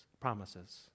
promises